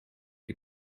you